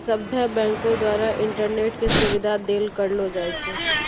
सभ्भे बैंको द्वारा इंटरनेट के सुविधा देल करलो जाय छै